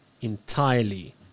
entirely